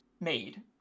made